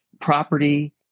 property